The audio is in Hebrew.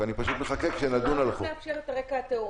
ולכן הוא ברשימת הבידוד,